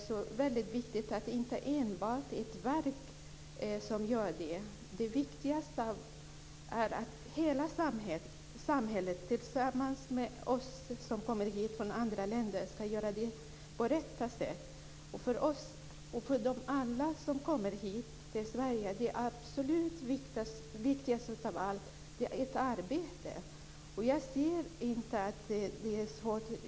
Det är väldigt viktigt att det inte enbart är ett verk som agerar utan att hela samhället gör det på bästa sätt tillsammans med oss som kommer hit från andra länder. Det absolut viktigaste för alla som kommer hit till Sverige är att få ett arbete. Jag ser inte att det är svårt.